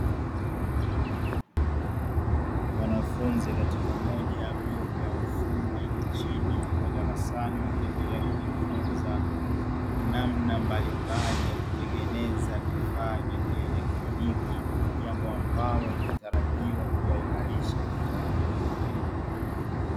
Wanafunzi katika moja ya vyuo vya ufundi nchini wakiwa darasani wakiendelea kujifunza namna mbalimbali ya kutengeneza vifaa vya kielektroniki, jambo ambalo linatarajiwa kuwaimarisha kitaaluma.